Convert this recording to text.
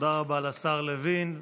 תודה רבה לשר לוין.